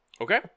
Okay